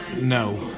No